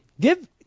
Give